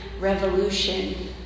revolution